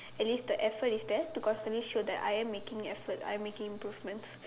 at least the effort is there because at least show that I'm making effort I'm making improvements